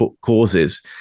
causes